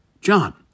John